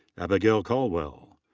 abigail colwell.